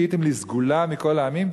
והייתם לי סגֻלה מכל העמים,